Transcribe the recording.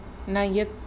நா:naa yup